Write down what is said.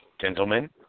gentlemen